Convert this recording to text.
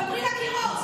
דברי לקירות.